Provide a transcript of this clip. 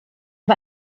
war